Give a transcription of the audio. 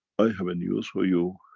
i have a news for you,